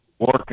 Working